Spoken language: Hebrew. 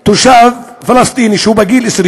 שתושב פלסטיני שהוא בגיל 20